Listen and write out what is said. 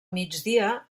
migdia